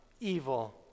evil